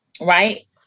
Right